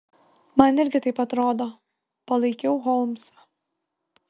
man irgi taip atrodo palaikiau holmsą